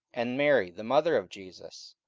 and mary the mother of jesus,